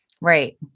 Right